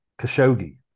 Khashoggi